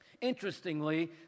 Interestingly